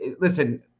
listen